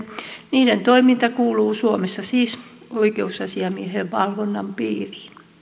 niiden toiminta kuuluu suomessa siis oi keusasiamiehen valvonnan piiriin